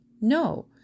No